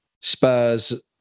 Spurs